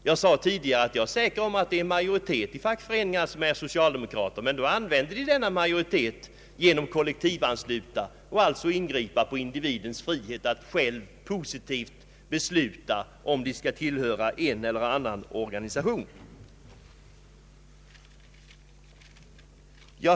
Jag sade tidigare att jag är säker på att majoriteten fackföreningsmedlemmar är socialdemokrater, men de använder denna majoritetsställning till att kollektivansluta medlemmarna och ingriper i individernas frihet att själva positivt besluta om de skall tillhöra en eller annan organisation.